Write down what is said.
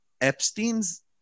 Epstein's